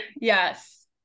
yes